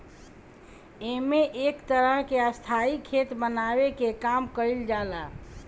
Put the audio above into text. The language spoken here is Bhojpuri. एमे एक तरह के स्थाई खेत बनावे के काम कईल जाला